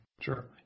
Sure